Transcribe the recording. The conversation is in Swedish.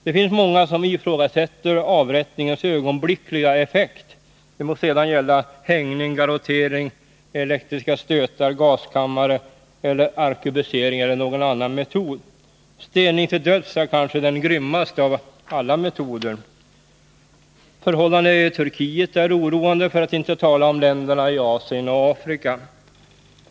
Det finns många som ifrågasätter avrättningens ögonblickliga effekt — det må sedan gälla hängning, garottering, elektriska stötar, avrättning i gaskammare, arkebusering eller någon annan metod. Stening till döds är kanske den grymmaste av alla metoder. Förhållandena i Turkiet är oroande, för att inte tala om hur det förhåller sig i länderna i Asien och Afrika.